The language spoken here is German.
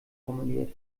formuliert